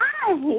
Hi